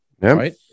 right